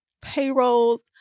payrolls